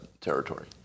territory